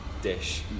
dish